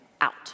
out